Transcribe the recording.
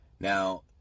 Now